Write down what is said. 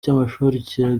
cy’amashuri